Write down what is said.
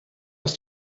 ist